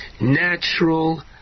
natural